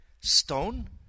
stone